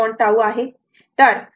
T आहे